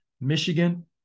Michigan